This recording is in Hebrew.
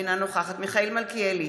אינה נוכחת מיכאל מלכיאלי,